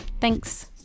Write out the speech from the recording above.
Thanks